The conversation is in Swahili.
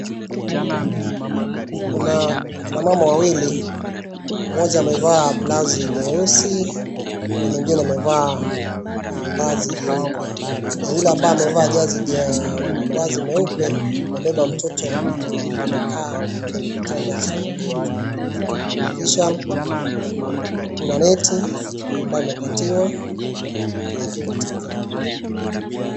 Kuna akina mama wawili, mmoja amevaa blouse nyeusi na mwingine amevaa vazi jeupe. Na yule ambaye amevaa vazi meupe amebeba mtoto na amekaa kwenye kitanda cha wagonjwa. Kisha, kuna neti ambayo amepatiwa katika...